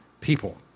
people